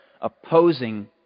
opposing